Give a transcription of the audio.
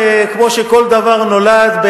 כמו שכל דבר נולד,